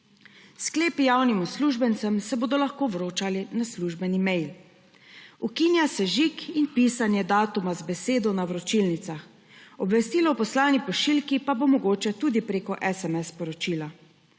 Sklepi javnim uslužbencem se bodo lahko vročali na službeni mail. Ukinja se žig in pisanje datuma z besedo na vročilnicah, obvestilo o poslani pošiljki pa bo omogočeno tudi preko SMS sporočila.